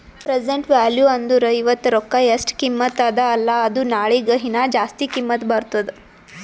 present value ಅಂದುರ್ ಇವತ್ತ ರೊಕ್ಕಾ ಎಸ್ಟ್ ಕಿಮತ್ತ ಅದ ಅಲ್ಲಾ ಅದು ನಾಳಿಗ ಹೀನಾ ಜಾಸ್ತಿ ಕಿಮ್ಮತ್ ಬರ್ತುದ್